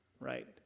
right